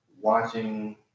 watching